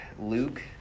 Luke